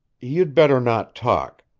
you'd better not talk.